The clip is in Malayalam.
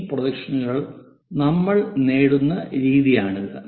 ഈ പ്രൊജക്ഷനുകൾ നമ്മൾ നേടുന്ന രീതിയാണിത്